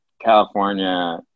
California